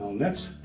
next,